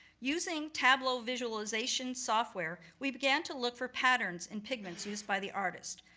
using tableau visualization software, we began to look for patterns in pigments used by the artist.